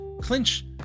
clinch